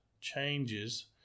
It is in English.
changes